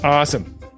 Awesome